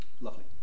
Lovely